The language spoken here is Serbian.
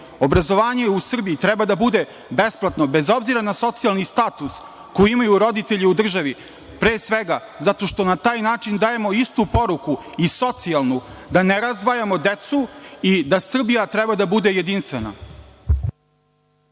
Obrazovanje u Srbiji treba da bude besplatno, bez obzira na socijalni status koji imaju roditelji u državi. Pre svega, zato što na taj način dajemo istu poruku i socijalnu, da ne razdvajamo decu i da Srbija treba da bude jedinstvena.